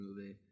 movie